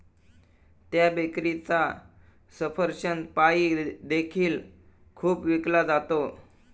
त्या बेकरीचा सफरचंद पाई देखील खूप विकला जातो